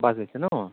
bus লৈছে ন